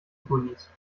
gullys